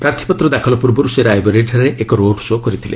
ପ୍ରାର୍ଥୀପତ୍ର ଦାଖଲ ପୂର୍ବରୁ ସେ ରାୟବରେଲିଠାରେ ଏକ ରୋଡ୍ ଶୋ' କରିଥିଲେ